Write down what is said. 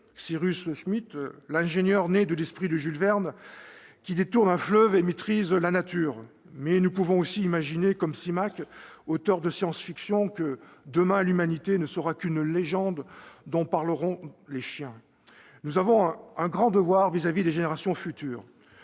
Cyrus Smith, l'ingénieur né de l'esprit de Jules Verne, qui détourne un fleuve et maîtrise la nature, mais nous pouvons aussi imaginer, comme Simak, auteur de science-fiction, que, demain, l'Humanité ne sera qu'une légende dont parleront les chiens. Nous avons un grand devoir à l'égard des générations futures.